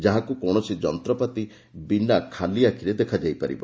ଯାହାକୁ କୌଣସି ଯନ୍ତ୍ରପାତି ବିନା ଖାଲି ଆଖିରେ ଦେଖାଯାଇ ପାରିବ